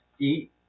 eat